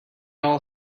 all